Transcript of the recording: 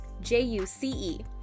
J-U-C-E